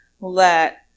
let